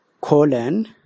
colon